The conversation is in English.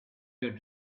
your